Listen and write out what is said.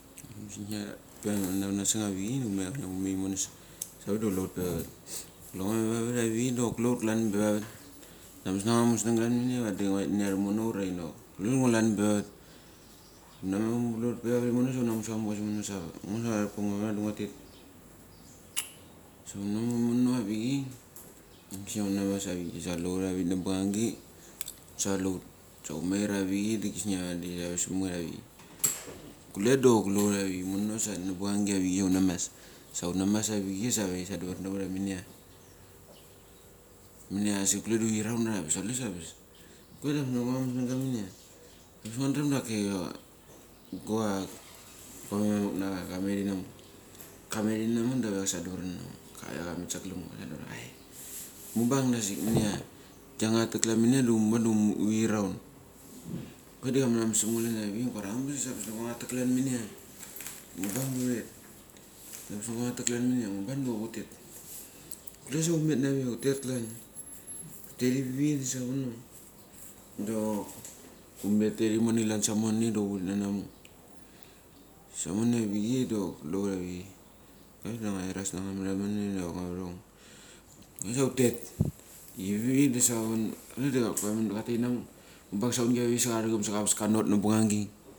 Klan ma navana seng avichei savik da kule hutpe vavat. Guleng nga pe vavat avichei dok kule hut klanpe vavat ambas nangama museng klan minia va ngua reh nania rumana ura inok kule ngo kla pe vavat. Hunamu kule hut pa vavat imono sa hungnamu sa amugas imono sa ngo sa vareprango sa ngo sa vadi ngua tet Ngo sa vadi ngua tetsa hunamu imono avichei kisnia ngua na mas avik. Sa kule hutavik na bangangi sa vadi kule hut. Sa hu mair avichei dikisnia vadi tavasmanget avik kule dok kule hut avik imono sa nabangangi avichei hunamas sa hut nams avichei save tisandarna hut ia minia asik kule da huri raund ura nga angabas sa kule sa ambas. Kule da ambas na hura museng klan minia. Angbas ngua dram kamet inamuk. Kamet inamuk da kave kasnadar na ngo. Kave kamet sa galem ngo mubang da asik minia, giangatek klan minia da humo da huri raun. Kule da kamanramen sengo klan avik ngu kuria angbas ambes ngongatek klan minia. Mubang ure huret ambas ngai nanga tek klan minia mubang dok hutet Kule sa hutek klan, huterivu da sa vono dok humeteiri mone klan samone dok hut na namuk. Samone avichei dok kule hut avichei. Avik da nga iras na nangama amrana irong avarong. Sa hutet ivi da savo kule da katainamek Muban saungi avik sa karachem kavas ka not nabangi.